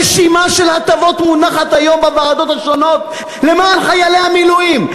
רשימה של הטבות מונחת היום בוועדות השונות למען חיילי המילואים,